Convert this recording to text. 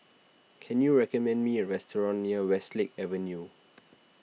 can you recommend me a restaurant near Westlake Avenue